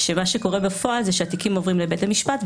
שמה שקורה בפועל הוא שהתיקים עוברים לבית המשפט,